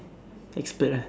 expert ah